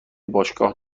باشگاه